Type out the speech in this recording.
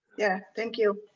yeah. thank you.